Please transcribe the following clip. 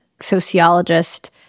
sociologist